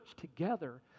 together